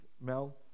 Mel